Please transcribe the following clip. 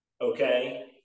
okay